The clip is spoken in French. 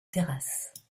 terrasses